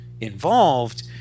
involved